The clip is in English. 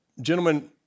gentlemen